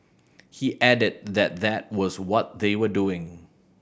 he added that that was what they were doing